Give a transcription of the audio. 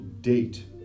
date